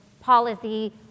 policy